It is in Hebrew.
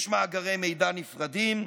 יש מאגרי מידע נפרדים,